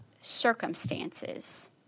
circumstances